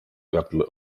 gardle